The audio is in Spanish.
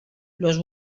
los